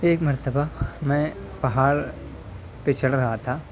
ایک مرتبہ میں پہاڑ پہ چڑھ رہا تھا